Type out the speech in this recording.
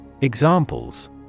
Examples